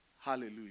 Hallelujah